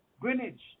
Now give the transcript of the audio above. Greenwich